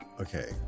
okay